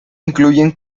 incluyen